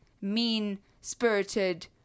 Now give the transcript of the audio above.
mean-spirited